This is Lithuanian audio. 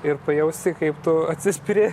ir pajausti kaip tu atsispiri